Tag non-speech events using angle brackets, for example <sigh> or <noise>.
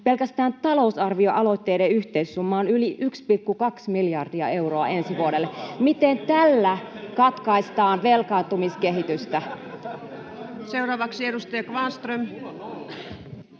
pelkästään talousarvioaloitteiden yhteissumma on yli 1,2 miljardia euroa ensi vuodelle. <noise> Miten tällä katkaistaan velkaantumiskehitystä? Seuraavaksi edustaja Kvarnström.